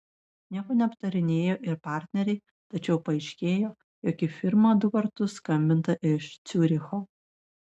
nieko neaptarinėjo ir partneriai tačiau paaiškėjo jog į firmą du kartus skambinta iš ciuricho